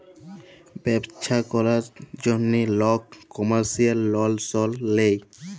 ব্যবছা ক্যরার জ্যনহে লক কমার্শিয়াল লল সল লেয়